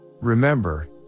Remember